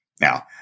Now